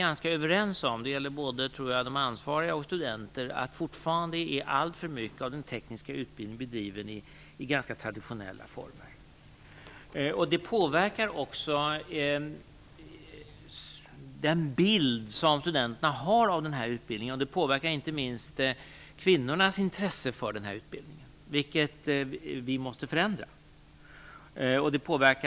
Alla - både de ansvariga och studenterna - är ganska överens om att alltför mycket i den tekniska utbildningen fortfarande är bedriven i traditionella former. Det påverkar också den bild som studenterna har av denna utbildning, och det påverkar inte minst kvinnornas intresse, vilket måste förändras.